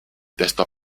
testo